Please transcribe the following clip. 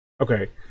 Okay